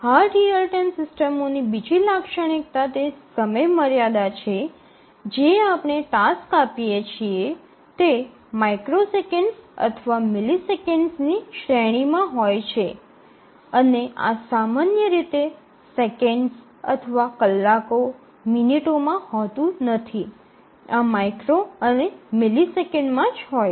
hard real time સિસ્ટમોની બીજી લાક્ષણિકતા તે સમયમર્યાદા છે જે આપણે ટાસ્ક આપીએ છીએ તે માઇક્રોસેકન્ડ્સ અથવા મિલિસેકન્ડ્સની શ્રેણીમાં હોય છે અને આ સામાન્ય રીતે સેકંડ અથવા કલાકો મિનિટોમાં હોતું નથી આ માઇક્રો અને મિલિસેકંડ માં જ હોય છે